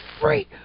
free